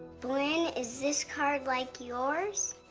blynn, is this card like yours?